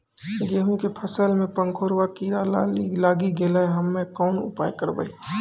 गेहूँ के फसल मे पंखोरवा कीड़ा लागी गैलै हम्मे कोन उपाय करबै?